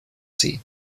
see